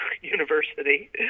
university